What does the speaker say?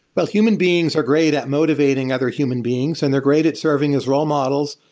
but human beings are great at motivating other human beings, and they're great at serving as role models,